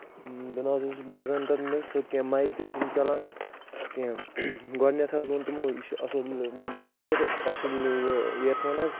بہٕ نہٕ حظ اوسُس بوزان تتھ منٛز سیود کینٛہہ میِک تہِ ٲسٕس نہٕ چلان کینٛہہ گوڈٕنیتھ حظ ووٛن تِمو یہِ چُھ اصٕل چارجر اصٕل یہِ ایر فون حظ